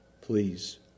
Please